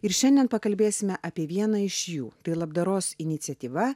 ir šiandien pakalbėsime apie vieną iš jų tai labdaros iniciatyva